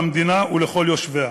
למדינה ולכל יושביה.